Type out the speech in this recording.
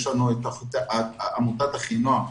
עמותת אחינועם,